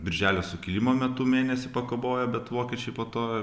birželio sukilimo metu mėnesį pakabojo bet vokiečiai po to